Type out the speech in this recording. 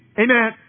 Amen